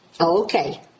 Okay